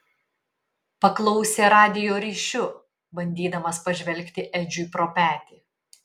paklausė radijo ryšiu bandydamas pažvelgti edžiui pro petį